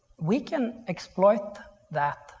we can exploit that